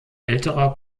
älterer